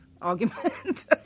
argument